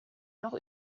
noch